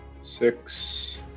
six